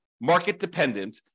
market-dependent